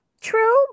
true